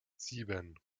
sieben